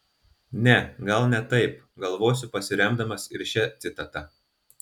ne gal ne taip galvosiu pasiremdamas ir šia citata